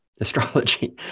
astrology